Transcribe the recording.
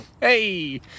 Hey